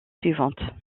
suivantes